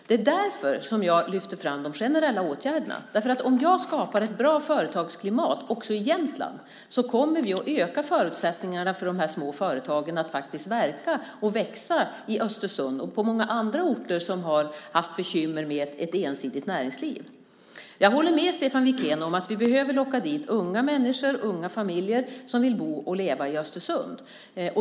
Det är därför som jag lyfter fram de generella åtgärderna, därför att om jag skapar ett bra företagsklimat också i Jämtland kommer vi att öka förutsättningarna för de här små företagen att faktiskt verka och växa i Östersund och på många andra orter som har haft bekymmer med ett ensidigt näringsliv. Jag håller med Stefan Wikén om att vi behöver locka dit unga människor, unga familjer, som vill bo och leva i Östersund.